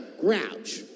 grouch